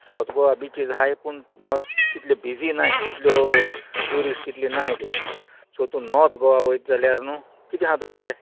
south Goa beaches हाय पूण तितल्यो बिजी नाय तितल्यो ट्युरिस्ट तितल्यो नाय तिंगा सो तूं नॉर्थ गोवा वयता जाल्यार न्हू कितें आहा तुकोडे